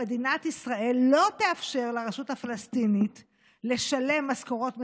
שמדינת ישראל לא תאפשר לרשות הפלסטינית לשלם משכורות למחבלים,